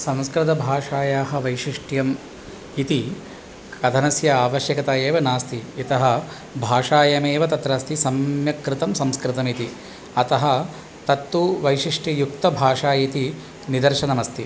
संस्कृतभाषायाः वैशिष्ट्यम् इति कथनस्य आवश्यकता एव नास्ति यतः भाषायामेव तत्र अस्ति सम्यक् कृतं संस्कृतमिति अतः तत्तु वैशिष्ट्ययुक्ता भाषा इति निदर्शनमस्ति